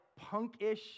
punkish